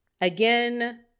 Again